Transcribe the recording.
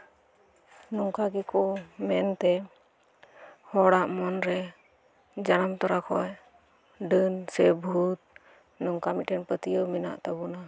ᱱᱚᱝᱠᱟ ᱜᱮᱠᱚ ᱢᱚᱱ ᱛᱮ ᱦᱚᱲᱟᱜ ᱢᱚᱱᱮ ᱨᱮ ᱡᱟᱱᱟᱢ ᱠᱚᱨᱟ ᱠᱷᱚᱡ ᱰᱟᱹᱱ ᱥᱮ ᱵᱷᱩᱛ ᱱᱚᱝᱠᱟ ᱢᱤᱫᱴᱮᱱ ᱯᱟᱹᱛᱭᱟᱹᱣ ᱢᱮᱱᱟᱜ ᱛᱟᱵᱚᱱᱟ